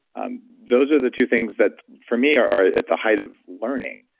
um those are the two things that for me are are at the height of learning.